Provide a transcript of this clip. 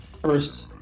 first